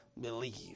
Believe